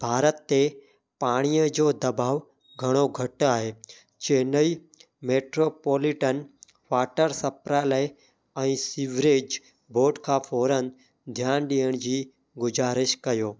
भारत ते पाणीअ जो दबाव घणो घटि आहे Chennai metropolitan water supply ऐं सीविरेज बोर्ड खां फ़ोरनु ध्यानु ॾियण जी गुज़ारिश कयो